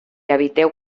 eviteu